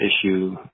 issue